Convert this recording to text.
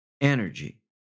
energy